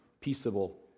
peaceable